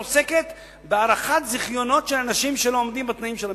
עוסקת בהארכת זיכיונות של אנשים שלא עומדים בתנאים של המכרז.